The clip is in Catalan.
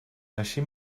així